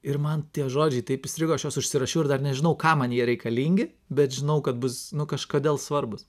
ir man tie žodžiai taip įstrigo aš juos užsirašiau ir dar nežinau kam man jie reikalingi bet žinau kad bus kažkodėl svarbūs